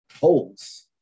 holds